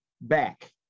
back